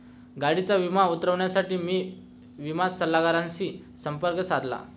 गाडीचा विमा उतरवण्यासाठी मी विमा सल्लागाराशी संपर्क साधला